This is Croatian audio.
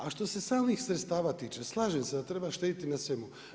A što se samih sredstava tiče, slažem se da treba štediti na svemu.